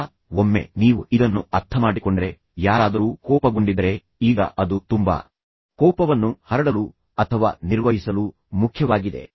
ಈಗ ಒಮ್ಮೆ ನೀವು ಇದನ್ನು ಅರ್ಥಮಾಡಿಕೊಂಡರೆ ಯಾರಾದರೂ ಕೋಪಗೊಂಡಿದ್ದರೆ ಈಗ ಅದು ತುಂಬಾ ಕೋಪವನ್ನು ಹರಡಲು ಅಥವಾ ನಿರ್ವಹಿಸಲು ಮುಖ್ಯವಾಗಿದೆ